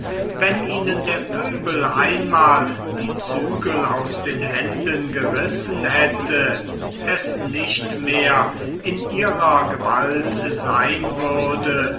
wenn ihnen der pöbel einmal die zügel aus den händen gerissen hätte es nicht mehr in ihrer gewalt sein würde